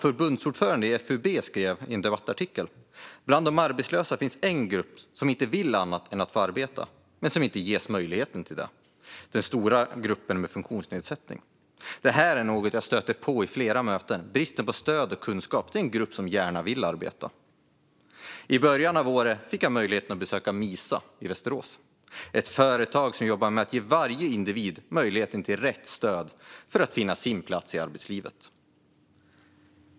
Förbundsordföranden i FUB skrev i en debattartikel: "Bland de arbetslösa finns en grupp som inte vill annat än att få arbeta, men som inte ges möjligheten till det - den stora gruppen med en funktionsnedsättning." Detta är något som jag stöter på i många möten: bristen på stöd och kunskap till en grupp som gärna vill arbeta. I början av året fick jag möjligheten att besöka Misa i Västerås, ett företag som jobbar med att ge varje individ möjlighet till rätt stöd för att finna sin plats i arbetslivet.